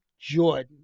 Jordan